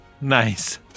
Nice